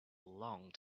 long